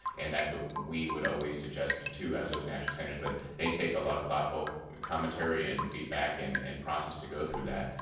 and that's what we would adjust to to as those national standards but they take a lot of thoughtful commentary and feedback and and process to go through that.